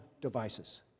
devices